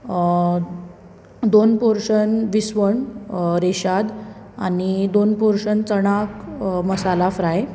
दोन पोर्शन विस्वण रेशाद आनी दोन पोर्शन चणाक मसाला फ्राय